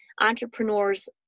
Entrepreneurs